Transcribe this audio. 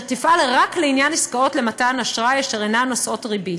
אשר תפעל רק לעניין עסקאות למתן אשראי אשר אינן נושאות ריבית.